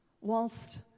Whilst